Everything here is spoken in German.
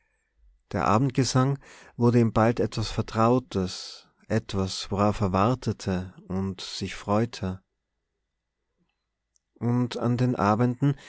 der abendgesang wurde ihm bald etwas vertrautes etwas worauf er wartete und sich freute und an den abenden